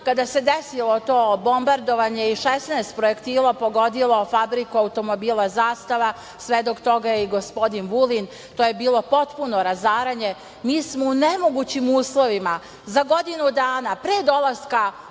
kada se desilo to bombardovanje i 16 projektila pogodilo Fabriku automobila „Zastava“, svedok toga je i gospodin Vulin, to je bilo potpuno razaranje. Mi smo u nemogućim uslovima, za godinu dana, pre dolaska